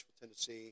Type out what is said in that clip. Tennessee